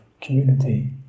community